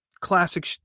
classic